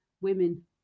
women